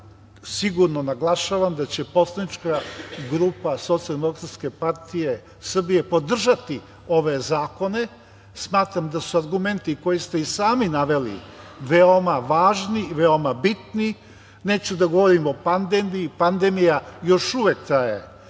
sigurno naglašavam da će poslanička grupa SDPS podržati ove zakone. Smatram da su argumenti koje ste i sam naveli veoma važni, veoma bitni. Neću da govorim o pandemiji, pandemija još uvek traje,